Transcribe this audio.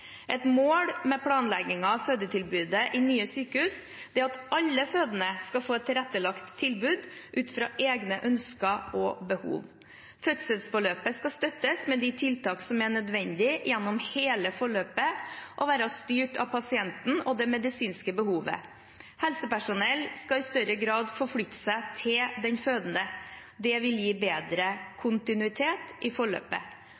Et mål ved planleggingen av fødetilbudet i nye sykehus er at alle fødende skal få et tilrettelagt tilbud ut fra egne ønsker og behov. Fødselsforløpet skal støttes med de tiltak som er nødvendig gjennom hele forløpet og være styrt av pasienten og det medisinske behovet. Helsepersonell skal i større grad forflytte seg til den fødende. Det vil gi bedre kontinuitet i forløpet.